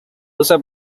usa